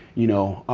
you know.